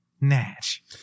nash